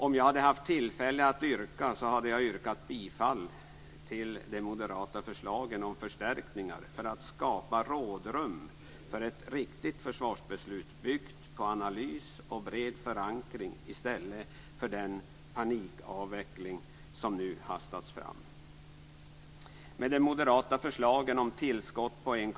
Om jag hade haft tillfälle att yrka hade jag yrkat bifall till de moderata förslagen om förstärkningar, för att skapa rådrum för ett riktigt försvarsbeslut, byggt på analys och bred förankring i stället för den panikavveckling som nu hastats fram.